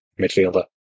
midfielder